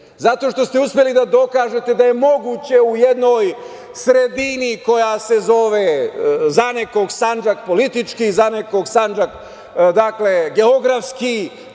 Zato što ste uspeli da dokažete da je moguće u jednoj sredini koja se zove za nekoga Sandžak politički, za nekog Sandžak geografski,